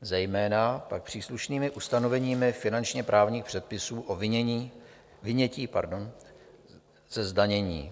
zejména pak příslušnými ustanoveními finančně právních předpisů o vynětí ze zdanění.